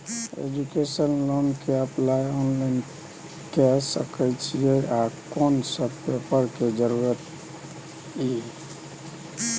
Education loan के apply online के सके छिए आ कोन सब पेपर के जरूरत इ?